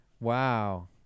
Wow